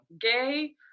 gay